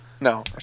No